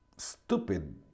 stupid